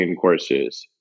courses